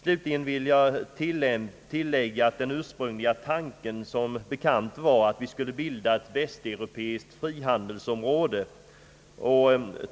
Jag vill tillägga att den ursprungliga tanken som bekant var att bilda ett västeuropeiskt frihandelsområde.